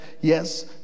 yes